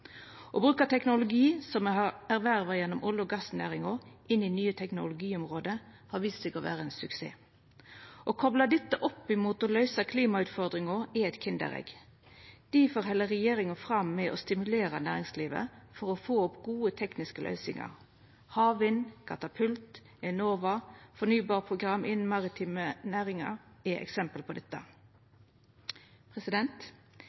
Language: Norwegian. Å bruka teknologi som me har erverva gjennom olje- og gassnæringa, på nye teknologiområde, har vist seg å vera ein suksess. Å kopla dette opp mot å løysa klimautfordringa er eit kinderegg. Difor held regjeringa fram med å stimulera næringslivet for å få opp gode tekniske løysingar. Havvind, katapult, Enova og fornybarprogram innan maritime næringar er eksempel på dette.